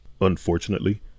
Unfortunately